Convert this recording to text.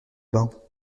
bains